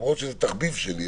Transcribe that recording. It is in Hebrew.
למרות שזה תחביב שלי,